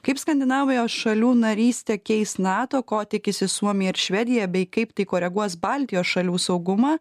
kaip skandinavijos šalių narystę keis nato ko tikisi suomija ir švedija bei kaip tai koreguos baltijos šalių saugumą